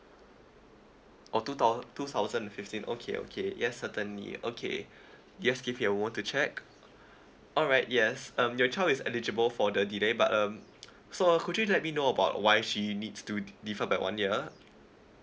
oh two thou~ two thousand and fifteen okay okay yes certainly okay yes give me a moment to check alright yes um your child is eligible for the delay but um so could you let me know about why she needs to d~ defer back one year